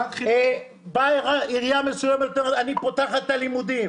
באה עירייה מסוימת ואומרת: אני פותחת את הלימודים.